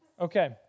Okay